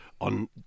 on